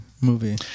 movie